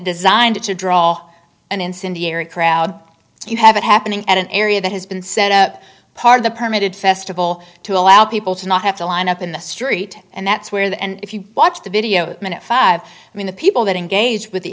designed to draw an incendiary crowd you have it happening at an area that has been set up part of the permitted festival to allow people to not have to line up in the street and that's where the and if you watch the video minute five i mean the people that engage with the